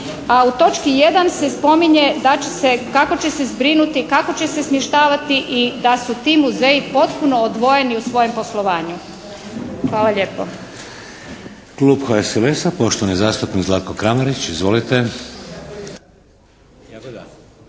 A u točki 1., se spominje da će se, kako će se zbrinuti, kako će se smještavati i da su ti muzeji potpuno odvojeni u svome poslovanju. Hvala lijepo.